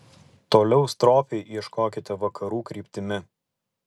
toliau stropiai ieškokite vakarų kryptimi